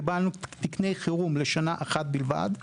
קיבלנו תקני חירום לשנה אחת בלבד.